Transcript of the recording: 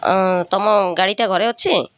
ହଁ ତମ ଗାଡ଼ିଟା ଘରେ ଅଛି